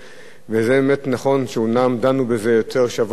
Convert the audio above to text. נכון שדנו בזה יותר בשבוע שעבר,